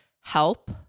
help